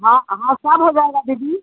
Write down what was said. हाँ हाँ सब हो जाएगा दीदी